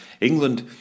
England